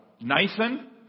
Nathan